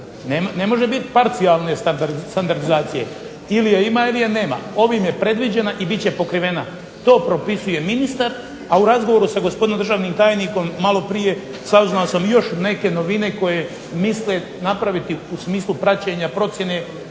ne može biti parcijalne standardizacije. Ili je ima ili je nema. Ovim je predviđena i bit će pokrivena. To propisuje ministar, a u razgovoru sa gospodinom državnim tajnikom malo prije saznao sam još neke novine koje mislim napraviti u smislu praćenja procjene